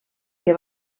que